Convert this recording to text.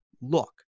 look